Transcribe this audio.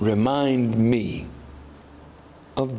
remind me of